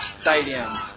Stadium